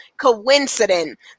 coincidence